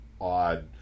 odd